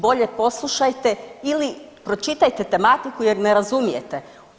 Bolje poslušajte ili pročitajte tematiku, jer ne razumijete.